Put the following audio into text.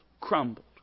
crumbled